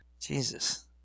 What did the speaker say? Jesus